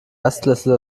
erstklässler